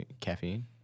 caffeine